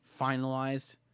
finalized